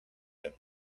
him